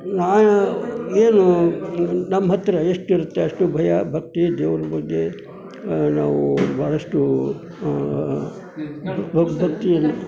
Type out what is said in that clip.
ನಾ ಏನು ನಮ್ಮ ಹತ್ತಿರ ಎಷ್ಟಿರುತ್ತೆ ಅಷ್ಟು ಭಯ ಭಕ್ತಿ ದೇವ್ರ ಬಗ್ಗೆ ನಾವು ಭಾಳಷ್ಟು ಭಕ್ತಿಯಲ್ಲಿ